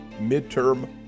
midterm